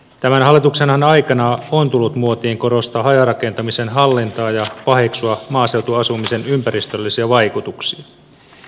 tämän hallituksen aikanahan on tullut muotiin korostaa hajarakentamisen hallintaa ja paheksua maaseutuasumisen ympäristöllisiä vaikutuksia